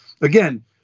again